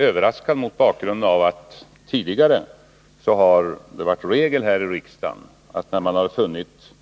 Jag är det mot bakgrund av att det har varit regel här i riksdagen att när man har funnit